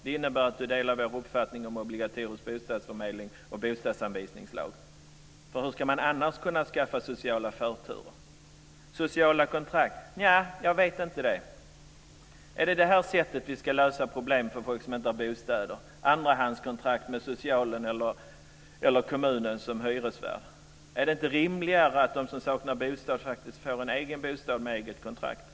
Det innebär att du delar vår uppfattning om obligatorisk bostadsförmedling och om en bostadsanvisningslag. Hur ska man annars kunna skaffa sociala förturer? Sociala kontrakt - nja, jag vet inte. Är det på det sättet vi ska lösa problemen för folk som inte har bostad - andrahandskontrakt med socialen eller kommunen som hyresvärd? Är det inte rimligare att de som saknar bostad faktiskt får en egen bostad med eget kontrakt?